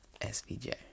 SVJ